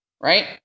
right